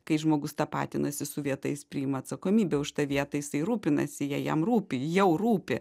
kai žmogus tapatinasi su vieta jis priima atsakomybę už tą vietą jisai rūpinasi ja jam rūpi jau rūpi